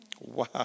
Wow